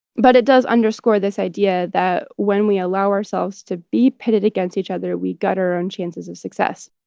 but it does underscore this idea that, when we allow ourselves to be pitted against each other, we gut our own chances of success